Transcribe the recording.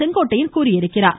செங்கோட்டையன் தெரிவித்துள்ளார்